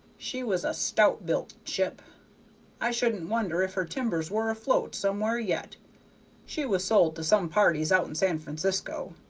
she was a stout-built ship i shouldn't wonder if her timbers were afloat somewhere yet she was sold to some parties out in san francisco.